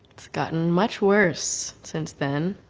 it's gotten much worse since then.